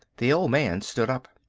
the old man stood up.